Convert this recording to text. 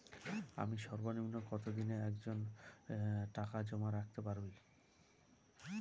আমি সর্বনিম্ন কতদিনের জন্য টাকা জমা রাখতে পারি?